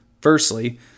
Firstly